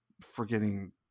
forgetting